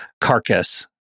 carcass